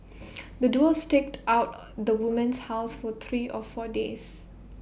the duo staked out the woman's house for three or four days